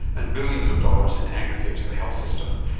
and billions of dollars in aggregate to the health system.